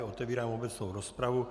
Otevírám obecnou rozpravu.